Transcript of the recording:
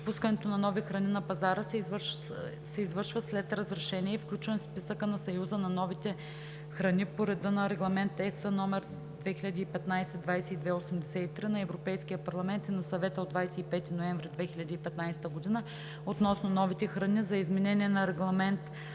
Пускането на нови храни на пазара се извършва след разрешение и включване в списъка на Съюза на новите храни по реда на Регламент (ЕС) № 2015/2283 на Европейския парламент и на Съвета от 25 ноември 2015 г. относно новите храни, за изменение на Регламент